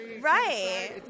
right